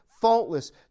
faultless